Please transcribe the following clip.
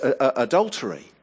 adultery